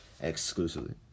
exclusively